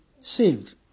saved